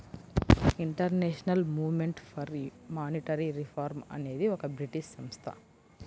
international movement for monetary reform అనేది ఒక British సంస్థ